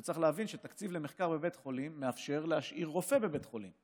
וצריך להבין שתקציב למחקר בבית חולים מאפשר להשאיר רופא בבית חולים.